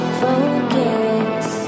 focus